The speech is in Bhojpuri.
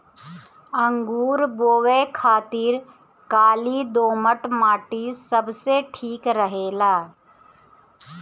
अंगूर बोए खातिर काली दोमट माटी सबसे ठीक रहेला